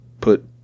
put